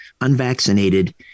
unvaccinated